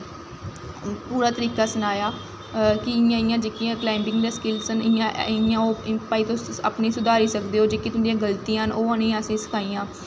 पूरा तरीका सनाया कि इ'यां इ'यां कलाईंबिंग दियां स्किलस न इ'यां भाई तुस सुधारी सकदे ओ जेह्ड़ियां तुंदियां गल्तियां न ओह् असें उ'नें गी सखाइयां